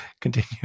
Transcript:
continue